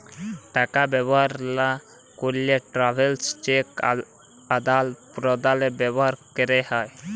টাকা ব্যবহার লা ক্যেরে ট্রাভেলার্স চেক আদাল প্রদালে ব্যবহার ক্যেরে হ্যয়